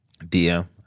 dm